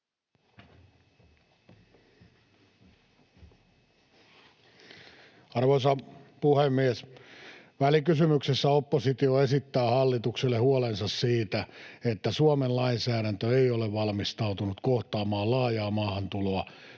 Arvoisa puhemies! Välikysymyksessä oppositio esittää hallitukselle huolensa siitä, että Suomen lainsäädäntö ei ole valmistautunut kohtaamaan laajaa maahantuloa